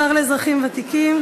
השר לאזרחים ותיקים